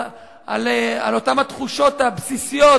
על אותן תחושות בסיסיות,